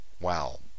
Wow